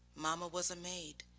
mama was a maid,